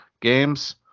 games